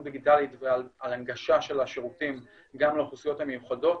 דיגיטלית ועל הנגשה של השירותים גם לאוכלוסיות המיוחדות.